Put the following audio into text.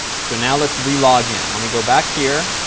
so now let's re-login. let me go back here.